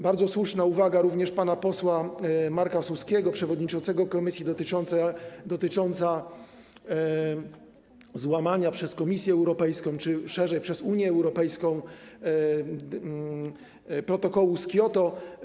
Bardzo słuszna uwaga jest również pana posła Marka Suskiego, przewodniczącego komisji, dotycząca złamania przez Komisję Europejską czy szerzej przez Unię Europejską protokołu z Kioto.